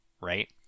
right